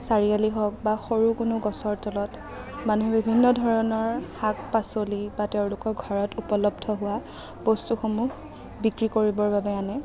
চাৰিআলি হওক বা সৰু কোনো গছৰ তলত মানুহে বিভিন্ন ধৰণৰ শাক পাচলি বা তেওঁলোকৰ ঘৰত উপলব্ধ হোৱা বস্তুসমূহ বিক্ৰী কৰিবৰ বাবে আনে